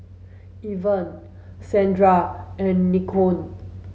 Irven Saundra and Nikko